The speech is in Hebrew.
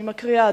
אני מקריאה,